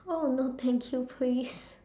oh no thank you please